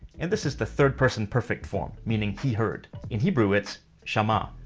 and this is the third-person perfect form meaning he heard. in hebrew, it's shama'.